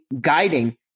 guiding